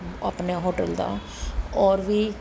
ਆਪਣੇ ਹੋਟਲ ਦਾ ਹੋਰ ਵੀ